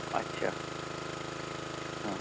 اچھا ہاں